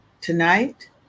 tonight